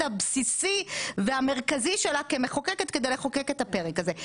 הבסיסי והמרכזי שלה כמחוקקת כדי לחוקק את הפרק הזה.